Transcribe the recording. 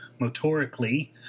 motorically